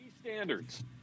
standards